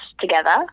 together